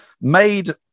Made